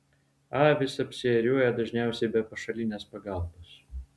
avys apsiėriuoja dažniausiai be pašalinės pagalbos